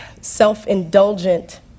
self-indulgent